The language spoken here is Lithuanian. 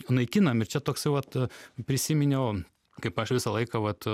naikinam ir čia toksai vat prisiminiau kaip aš visą laiką vat